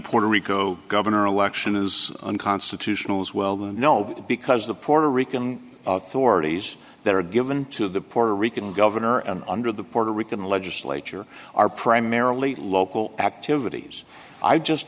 puerto rico governor election is unconstitutional as well the no because the puerto rican stories that are given to the puerto rican gov and under the puerto rican legislature are primarily local activities i just